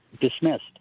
dismissed